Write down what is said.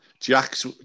Jack's